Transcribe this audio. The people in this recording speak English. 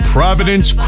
Providence